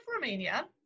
Romania